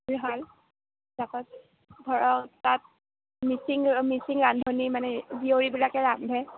জুইশাল ধৰক তাত মিচিং মিচিং ৰান্ধনি মানে জীয়ৰীবিলাকে ৰান্ধে